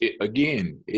again